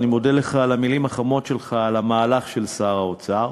אני מודה לך על המילים החמות שלך על המהלך של שר האוצר.